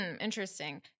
interesting